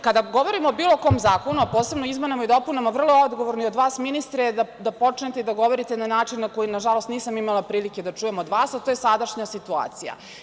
Kada govorimo o bilo kom zakonu, posebno o izmenama i dopunama, vrlo odgovorno je i od vas ministre da počnete da govorite na način, na koji na žalost, nisam imala prilike da čujem od vas, a to je sadašnja situacija.